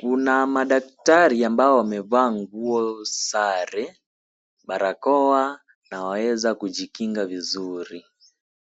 Kuna madaktari ambao wamevaa nguo sare, barakoa na waweza kujikinga vizuri.